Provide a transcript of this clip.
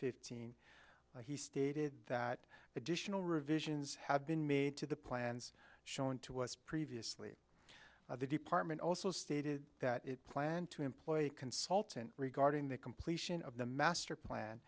fifteen he stated that additional revisions have been made to the plans shown to us previously of the department also stated that it planned to employ consultant regarding the completion of the master plan